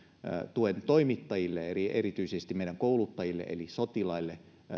tuen toimittajille eli erityisesti meidän kouluttajille eli sotilaille